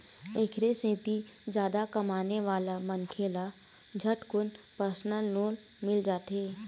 एखरे सेती जादा कमाने वाला मनखे ल झटकुन परसनल लोन मिल जाथे